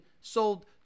sold